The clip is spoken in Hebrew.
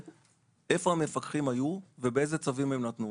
איפה המפקחים היו ואיזה צווים הם נתנו.